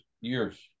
Years